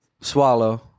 swallow